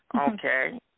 Okay